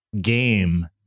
game